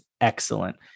excellent